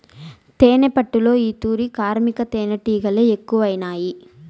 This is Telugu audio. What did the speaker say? తేనెపట్టులో ఈ తూరి కార్మిక తేనీటిగలె ఎక్కువైనాయి